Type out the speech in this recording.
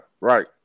Right